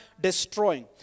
destroying